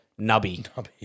Nubby